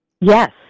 Yes